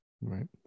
Right